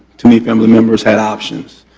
too many family members had options.